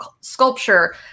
sculpture